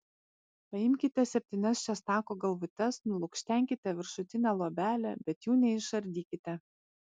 paimkite septynias česnako galvutes nulukštenkite viršutinę luobelę bet jų neišardykite